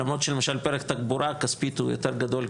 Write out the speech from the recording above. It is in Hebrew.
למרות שלמשל פרק תחבורה כספית הוא יותר גדול,